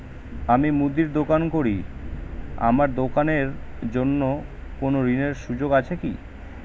আমি মুদির দোকান করি আমার দোকানের জন্য কোন ঋণের সুযোগ আছে কি?